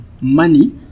money